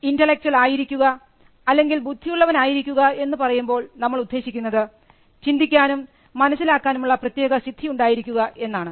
intellectual ആയിരിക്കുക അല്ലെങ്കിൽ ബുദ്ധിയുള്ളവനായിരിക്കുക എന്നു പറയുമ്പോൾ നമ്മൾ ഉദ്ദേശിക്കുന്നത് ചിന്തിക്കാനും മനസ്സിലാക്കാനുള്ള പ്രത്യേക സിദ്ധിയുണ്ടായിരിക്കുക എന്നാണ്